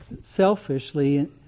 selfishly